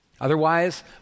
Otherwise